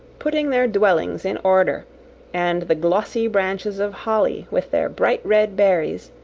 putting their dwellings in order and the glossy branches of holly, with their bright red berries,